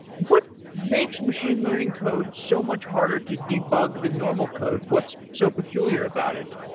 what makes machine learning code so much harder to debug the normal code? what's so peculiar about it?